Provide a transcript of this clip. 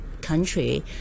country